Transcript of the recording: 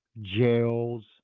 jails